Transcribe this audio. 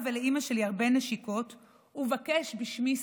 ולאימא שלי הרבה נשיקות ובקש בשמי סליחה".